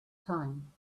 time